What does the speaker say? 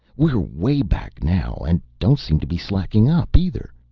we're way back now, and don't seem to be slacking up, either.